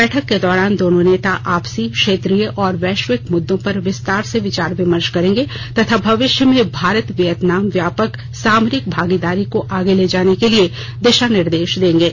बैठक के दौरान दोनों नेता आपसी क्षेत्रीय और वैश्विक मुद्दों पर विस्तार से विचार विमर्श करेंगे तथा भविष्य में भारत वियतनाम व्यापक सामरिक भागीदारी को आगे ले जाने के लिए दिशा निर्देश देंगे